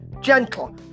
gentle